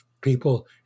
people